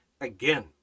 again